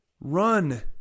Run